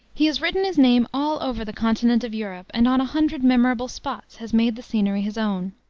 he has written his name all over the continent of europe, and on a hundred memorable spots has made the scenery his own.